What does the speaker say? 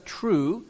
true